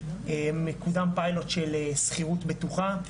מקודם פיילוט של שכירות בטוחה,